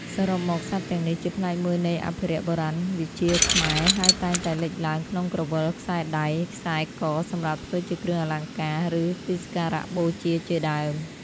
សរុបមក សត្វទាំងនេះជាផ្នែកមួយនៃអភិរក្សបុរាណវិជ្ជាខ្មែរ ហើយតែងតែលេចឡើងក្នុងក្រវិល ខ្សែដៃ ខ្សែកសម្រាប់ធ្វើជាគ្រឿងអលង្ការ ឬទីសាការៈបូជាជាដើម។